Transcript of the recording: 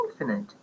infinite